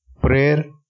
Prayer